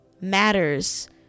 matters